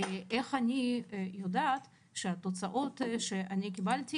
איך אני יודעת שהתוצאות שאני קיבלתי